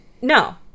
No